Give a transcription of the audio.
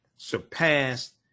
surpassed